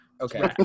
Okay